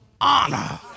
honor